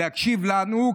להקשיב לנו,